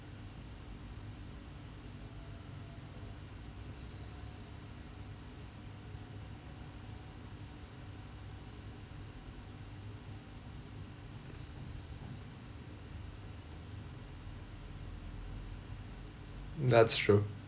that's true